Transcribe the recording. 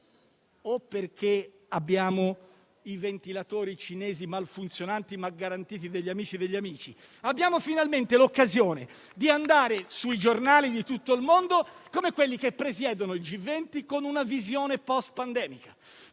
o perché abbiamo i ventilatori cinesi malfunzionanti, ma garantiti degli amici degli amici. Abbiamo finalmente l'occasione di andare sui giornali di tutto il mondo come quelli che presiedono il G20 con una visione post pandemica;